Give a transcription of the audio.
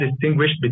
distinguished